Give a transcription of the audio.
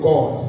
God